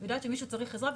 ויודעת שמישהו צריך עזרה,